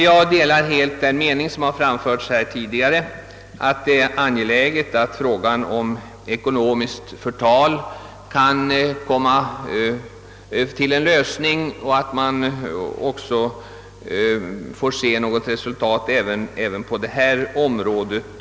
Jag delar helt den mening som framförts tidigare, att det är angeläget att frågan om förtal som lett till ekonomisk skada kan komma till en lösning och att man får resultat av det arbete, som pågår på detta område.